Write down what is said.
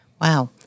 Wow